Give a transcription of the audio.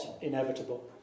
inevitable